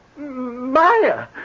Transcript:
Maya